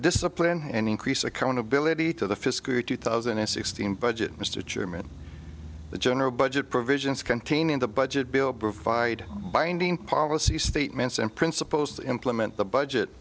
discipline and increase accountability to the fiscal year two thousand and sixteen budget mr chairman the general budget provisions contained in the budget bill provide binding policy statements and principles implement the budget